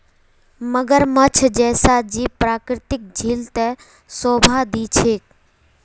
मगरमच्छ जैसा जीव प्राकृतिक झील त शोभा दी छेक